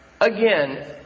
Again